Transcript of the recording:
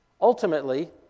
Ultimately